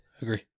agree